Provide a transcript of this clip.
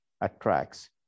attracts